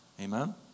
Amen